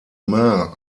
mans